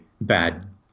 bad